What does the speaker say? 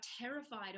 terrified